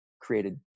created